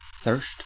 thirst